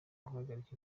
guhagarika